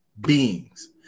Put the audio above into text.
beings